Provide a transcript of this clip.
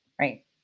right